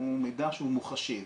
הוא מידע שהוא מוחשי.